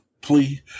plea